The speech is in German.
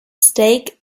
steak